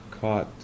caught